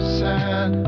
sad